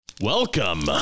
welcome